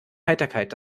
heiterkeit